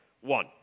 one